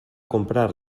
comprar